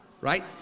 right